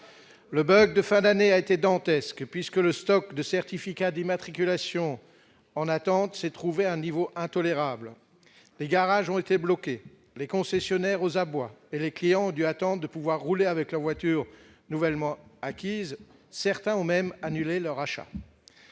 le bug de fin d'année a été dantesque puisque le stock de certificat d'immatriculation en attente s'est trouvé un niveau intolérable et garages ont été bloquées, les concessionnaires aux abois et les clients du attend de pouvoir rouler avec leur voiture, nouvellement acquise, certains ont même annulé le rachat,